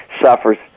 suffers